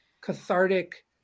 cathartic